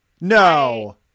No